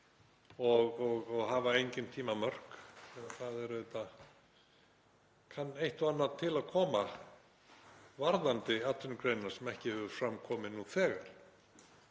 og hafa engin tímamörk. Auðvitað kann eitt og annað til að koma varðandi atvinnugreinina sem ekki hefur fram komið nú þegar.